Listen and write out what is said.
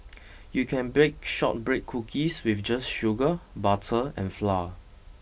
you can bake shortbread cookies just with sugar butter and flour